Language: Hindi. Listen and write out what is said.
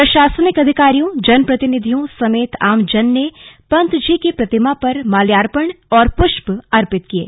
प्रशासनिक अधिकारियों जनप्रतिनिधियों समेत आमजन ने पंतजी की प्रतिमा पर माल्यार्पण और पृष्प अर्पित किये